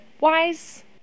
wise